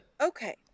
okay